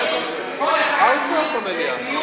שלי.